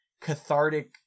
cathartic